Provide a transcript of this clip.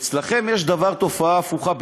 אצלכם יש תופעה הפוכה בדיוק: